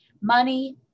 money